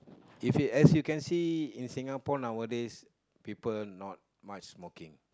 if it as you can see in Singapore nowadays people not much smoking